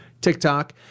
TikTok